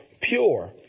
pure